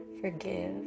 forgive